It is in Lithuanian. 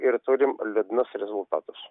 ir turim liūdnus rezultatus